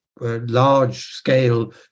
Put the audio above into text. large-scale